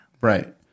Right